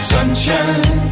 Sunshine